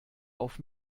auf